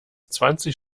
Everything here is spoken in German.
zwanzig